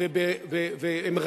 והם רעים,